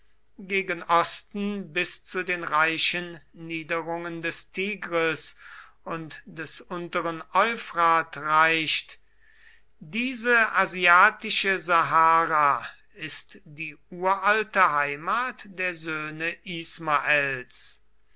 gegen osten bis zu den reichen niederungen des tigris und des unteren euphrat reicht diese asiatische sahara ist die uralte heimat der söhne ismaels